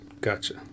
Gotcha